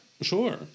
Sure